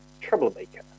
Troublemaker